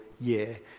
year